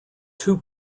two